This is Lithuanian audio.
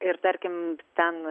ir tarkim ten